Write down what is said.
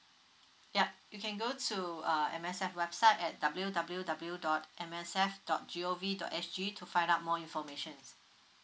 yup you can go to uh M_S_F website at w w w dot M S F dot g o v dot s g to find out more information